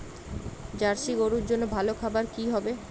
Jersey গরুর জন্য ভালো খাবার কি হবে?